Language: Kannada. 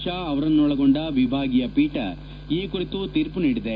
ಷಾ ಅವರನ್ನೊಳಗೊಂಡ ವಿಭಾಗೀಯ ಪೀಠ ಈ ಕುರಿತು ತೀರ್ಪು ನೀಡಿದೆ